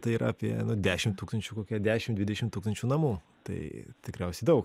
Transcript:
tai yra apie dešim tūkstančių kokia dešim dvidešim tūkstančių namų tai tikriausiai daug